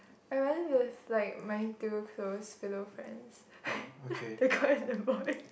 I rather with like my two close philo friends the girl and the boy